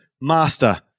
Master